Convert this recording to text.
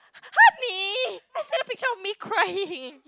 hug me take a picture of me crying